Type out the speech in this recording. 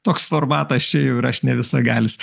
toks formatas čia jau ir aš ne visagalis